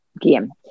game